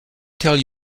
tell